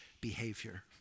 behavior